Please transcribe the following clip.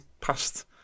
past